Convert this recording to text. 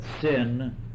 sin